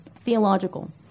Theological